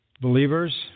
believers